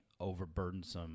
overburdensome